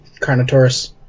Carnotaurus